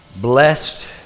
Blessed